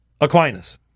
Aquinas